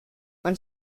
man